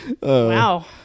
Wow